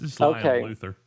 Okay